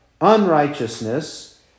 unrighteousness